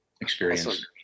experience